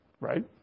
Right